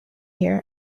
here